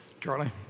Charlie